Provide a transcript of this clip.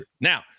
Now